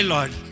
Lord